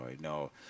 No